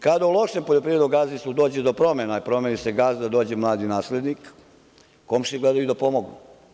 Kada u lošem poljoprivrednom gazdinstvu dođe do promena i promeni se gazda, dođe mladi naslednik, komšije gledaju da pomognu.